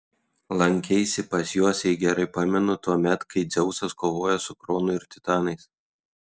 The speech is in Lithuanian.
lankeisi pas juos jei gerai pamenu tuomet kai dzeusas kovojo su kronu ir titanais